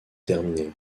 terminée